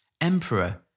Emperor